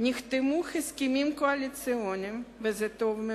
נחתמו הסכמים קואליציוניים, וזה טוב מאוד,